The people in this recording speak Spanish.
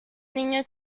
niña